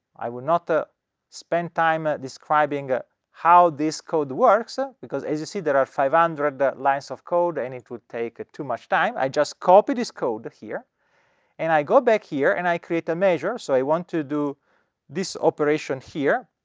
i will not spend time ah describing ah how this code works ah because as you see, there are five hundred lines of code and it would take too much time. i just copy this code here and i go back here and i create a measure. so i want to do this operation here.